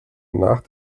nach